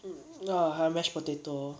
ah 还有 mashed potato